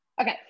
Okay